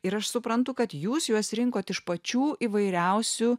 ir aš suprantu kad jūs juos rinkot iš pačių įvairiausių